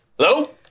Hello